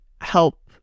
help